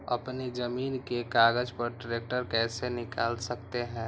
अपने जमीन के कागज पर ट्रैक्टर कैसे निकाल सकते है?